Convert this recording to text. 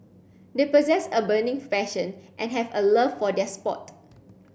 they possess a burning passion and have a love for their sport